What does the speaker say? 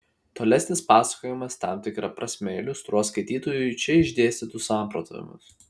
tolesnis pasakojimas tam tikra prasme iliustruos skaitytojui čia išdėstytus samprotavimus